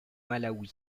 malawi